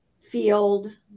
field